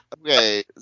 okay